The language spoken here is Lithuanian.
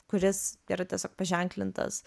kuris yra tiesiog paženklintas